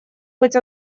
быть